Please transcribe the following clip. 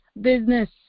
business